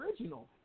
original